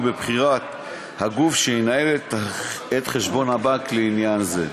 בבחירת הגוף שינהל את חשבון הבנק לעניין זה.